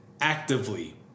actively